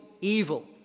evil